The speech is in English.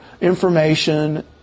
information